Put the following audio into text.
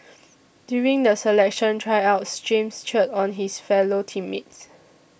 during the selection Tryouts James cheered on his fellow team mates